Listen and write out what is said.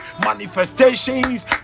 manifestations